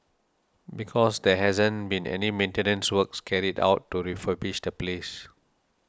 because there hasn't been any maintenance works carried out to refurbish the place